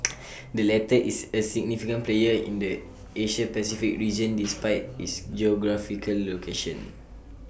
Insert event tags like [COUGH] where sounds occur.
[NOISE] the latter is A significant player in the Asia Pacific region despite its geographical location